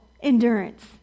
endurance